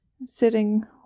sitting